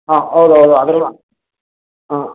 ಹಾಂ ಹೌದು ಹೌದು ಅದ್ರ ಹಾಂ